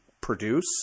produce